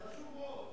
זה חשוב מאוד.